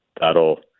that'll